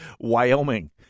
Wyoming